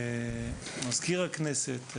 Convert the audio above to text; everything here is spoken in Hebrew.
מזכיר הכנסת,